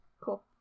cool